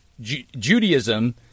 Judaism